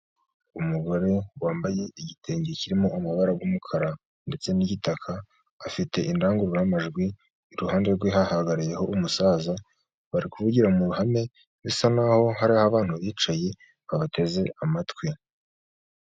Umugore wambaye igitenge kirimo mumabara y'umukara, ndetse n'igitaka, afite indangururamajwi, iruhande rwe hahagazeho umusaza, bari kuvugira mu ruhame bisa n'aho hari abantu bicaye babateze amatwi.